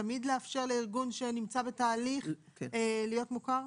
ותמיד לאפשר לארגון שנמצא בתהליך להיות מוכר?